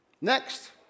next